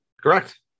Correct